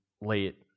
late